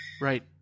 Right